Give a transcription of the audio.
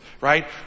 Right